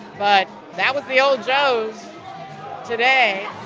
but that was the old joe today,